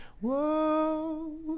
whoa